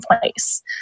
place